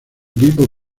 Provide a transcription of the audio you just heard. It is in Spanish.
equipo